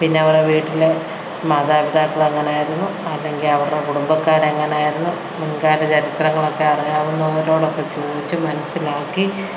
പിന്നെ അവിടെ വീട്ടിലെ മാതാപിതാക്കളെങ്ങനെ ആയിരുന്നു അല്ലെങ്കിൽ അവരുടെ കുടുംബക്കാരെങ്ങനെ ആയിരുന്നു മുൻകാല ചരിത്രങ്ങളൊക്കെ അറിയാവുന്നവരോടൊക്കെ ചോദിച്ച് മനസ്സിലാക്കി